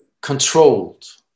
controlled